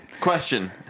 Question